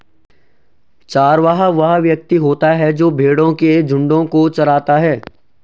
चरवाहा वह व्यक्ति होता है जो भेड़ों के झुंडों को चराता है